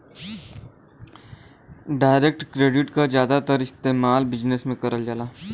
direct credit क जादातर इस्तेमाल बिजनेस में करल जाला